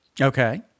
Okay